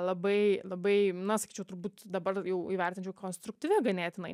labai labai na sakyčiau turbūt dabar jau įvertinčiau konstruktyvi ganėtinai